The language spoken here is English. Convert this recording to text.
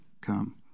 come